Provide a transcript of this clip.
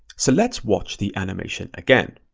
so let's watch the animation again.